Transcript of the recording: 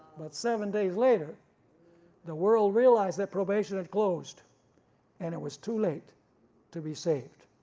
but seven days later the world realized that probation had closed and it was too late to be saved.